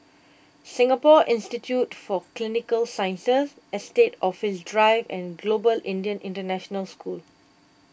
Singapore Institute for Clinical Sciences Estate Office Drive and Global Indian International School